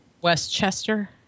Westchester